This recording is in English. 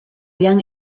young